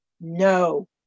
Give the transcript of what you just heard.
No